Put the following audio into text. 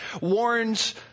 warns